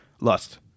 lust